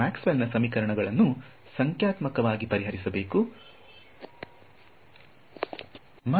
ನೀವು ಮ್ಯಾಕ್ಸ್ವೆಲ್ನ ಸಮೀಕರಣಗಳನ್ನು ಸಂಖ್ಯಾತ್ಮಕವಾಗಿ ಪರಿಹರಿಸಬೇಕು ಮತ್ತು ಇದನ್ನು ಸರಿ ಪಡೆಯಬೇಕು